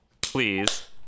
please